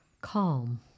calm